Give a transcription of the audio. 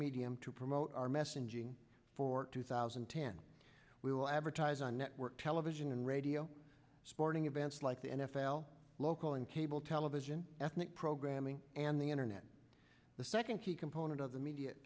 medium to promote our messaging for two thousand and ten we will advertise on network television and radio sporting events like the n f l local and cable television ethnic programming and the internet the second key component of the media